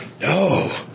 No